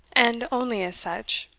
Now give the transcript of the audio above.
and only as such,